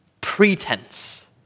pretense